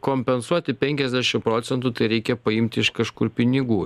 kompensuoti penkiasdešim procentų tai reikia paimti iš kažkur pinigų